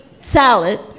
salad